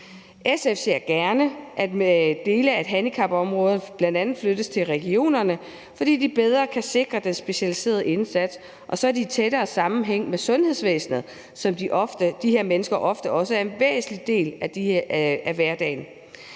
SF ser gerne, at dele af handicapområdet bl.a. flyttes til regionerne, fordi de bedre kan sikre den specialiserede indsats, og så er de tættere forbundet til sundhedsvæsenet, som de her mennesker ofte også er en væsentlig del af i deres